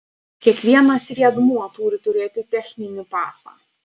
kiekvienas riedmuo turi turėti techninį pasą